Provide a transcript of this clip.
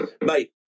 mate